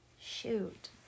shoot